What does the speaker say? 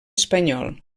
espanyol